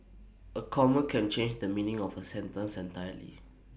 A comma can change the meaning of A sentence entirely